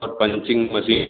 और punching machine